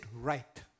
right